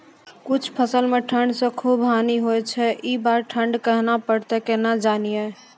कुछ फसल मे ठंड से खूब हानि होय छैय ई बार ठंडा कहना परतै केना जानये?